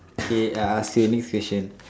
okay I ask you next question